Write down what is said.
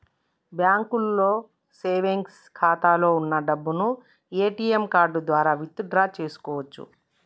బ్యాంకులో సేవెంగ్స్ ఖాతాలో వున్న డబ్బును ఏటీఎం కార్డు ద్వారా విత్ డ్రా చేసుకోవచ్చు